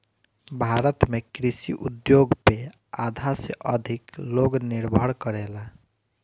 भारत में कृषि उद्योग पे आधा से अधिक लोग निर्भर करेला